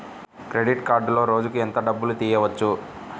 Credit కార్డులో రోజుకు ఎంత డబ్బులు తీయవచ్చు?